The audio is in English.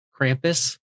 Krampus